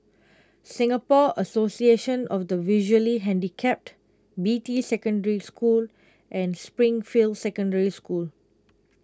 Singapore Association of the Visually Handicapped Beatty Secondary School and Springfield Secondary School